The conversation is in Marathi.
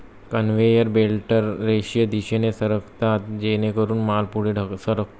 कन्व्हेयर बेल्टस रेषीय दिशेने सरकतात जेणेकरून माल पुढे सरकतो